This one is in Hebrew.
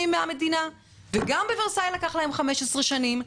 מן המדינה וגם בוורסאי לקח להם 15 שנים.